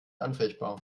anfechtbar